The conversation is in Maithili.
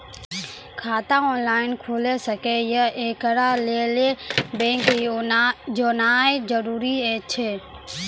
खाता ऑनलाइन खूलि सकै यै? एकरा लेल बैंक जेनाय जरूरी एछि?